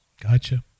Gotcha